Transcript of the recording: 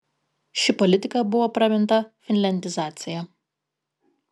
ši politika buvo praminta finliandizacija